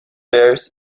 bears